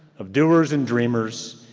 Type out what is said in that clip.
of doers and dreamers,